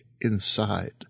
inside